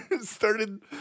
started